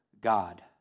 God